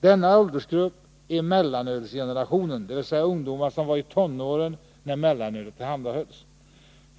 Denna åldersgrupp är ”mellanölsgenerationen”, dvs. ungdomar som var i tonåren när mellanölet tillhandahölls.